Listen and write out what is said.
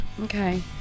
Okay